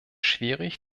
schwierig